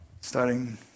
starting